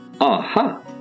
Aha